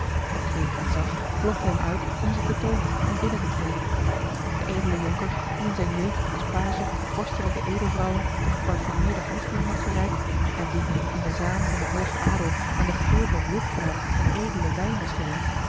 hetgeen hij zag lokte hem uit om zich te toonen en binnen te treden de edele jonker die in zijne jeugd als page vorstelijke edelvrouwen de geparfumeerde handschoenen had gereikt en die in de zalen van den hoogen adel aan den geur van wildbraad en edelen wijn was gewend